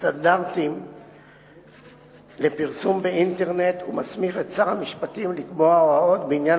סטנדרטים לפרסום באינטרנט ומסמיך את שר המשפטים לקבוע הוראות בעניין